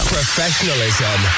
Professionalism